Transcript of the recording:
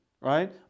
right